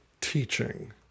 teaching